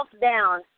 down